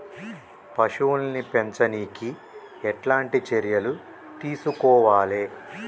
పశువుల్ని పెంచనీకి ఎట్లాంటి చర్యలు తీసుకోవాలే?